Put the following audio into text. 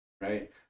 right